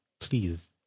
please